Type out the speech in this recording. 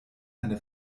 eine